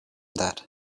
that